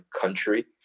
country